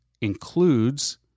includes